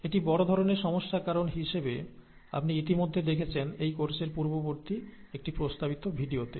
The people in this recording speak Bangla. এটি বড় ধরনের সমস্যার কারণ হিসাবে আপনি ইতিমধ্যে দেখেছেন এই কোর্সে পূর্ববর্তী একটি প্রস্তাবিত ভিডিওতে